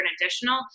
additional